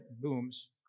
booms